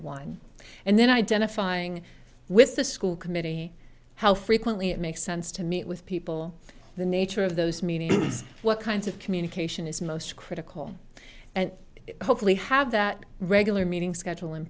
one and then identifying with the school committee how frequently it makes sense to meet with people the nature of those meetings what kinds of communication is most critical and hopefully have that regular meeting schedule in